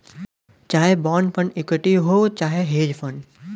चाहे bond fund equity हौ चाहे हेज फ़ंड